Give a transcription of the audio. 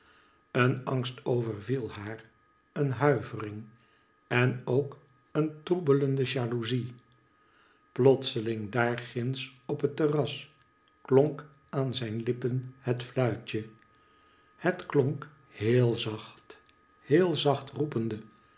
een angst overviel haar een huivering en ook een troebelende jalouzie plotseling daar ginds op het terras klonk aan zijn lippen het fluitje het klonk heel zacht heel zacht roepende